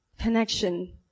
connection